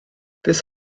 beth